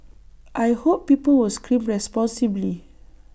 I hope people was scream responsibly